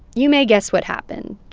you may guess what happened,